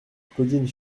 claudine